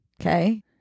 okay